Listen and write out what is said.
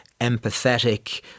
empathetic